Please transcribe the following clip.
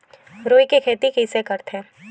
रुई के खेती कइसे करथे?